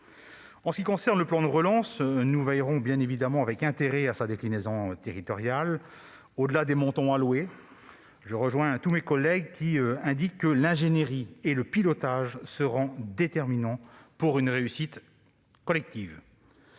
En ce qui concerne le plan de relance, nous veillerons bien évidemment avec intérêt à sa déclinaison territoriale. Au-delà des montants alloués, je rejoins tous mes collègues, qui indiquent que l'ingénierie et le pilotage seront déterminants pour une réussite collective.